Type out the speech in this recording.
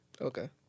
Okay